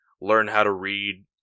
learn-how-to-read